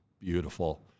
beautiful